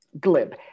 glib